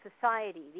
society